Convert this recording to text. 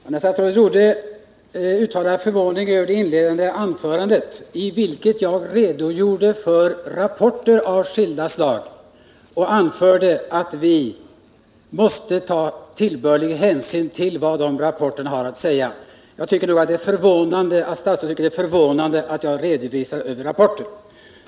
Herr talman! Statsrådet Rodhe uttalade förvåning över mitt inledande anförande, i vilket jag redogjorde för rapporter av skilda slag och anförde att vi måste ta tillbörlig hänsyn till vad de rapporterna hade att säga. Jag tycker nog att det är förvånande att statsrådet Rodhe fann det förvånande att jag redovisade dessa rapporter.